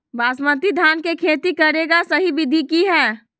बासमती धान के खेती करेगा सही विधि की हय?